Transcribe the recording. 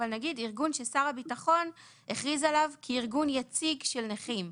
אבל נגיד ארגון ששר הביטחון הכריז עליו כארגון יציג של נכים.